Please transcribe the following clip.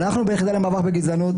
ואנחנו ביחידה למאבק בגזענות,